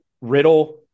Riddle